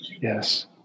Yes